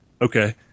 Okay